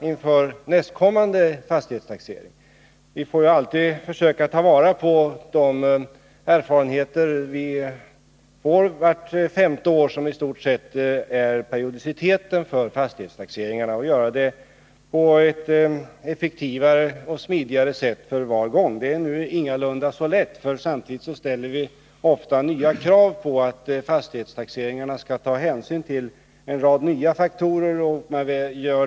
Det gäller att varje gång på ett effektivare och smidigare sätt försöka ta vara på de erfarenheter som vi får vart femte år, som ju i stort sett är periodiciteten när det gäller fastighetstaxeringar. Detta är ingalunda så lätt, ty samtidigt ställer vi ofta krav på att man vid fastighetstaxeringarna skall ta hänsyn till en rad nya faktorer.